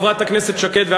חברת הכנסת שקד,